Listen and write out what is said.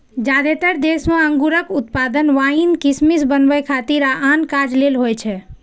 जादेतर देश मे अंगूरक उत्पादन वाइन, किशमिश बनबै खातिर आ आन काज लेल होइ छै